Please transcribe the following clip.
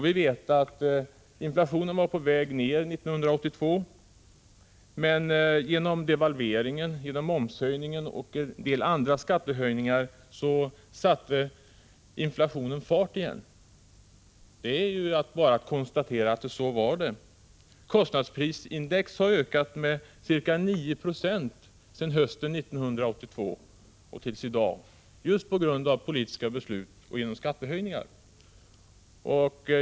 Vi vet att inflationen var på väg ned 1982, men genom devalveringen, momshöjningen och en del andra skattehöjningar satte inflationen fart igen. Man kan bara konstatera att det var så. Kostnadsprisindex har ökat med ca 9 96 från hösten 1982 till i dag just på grund av politiska beslut och skattehöjningar.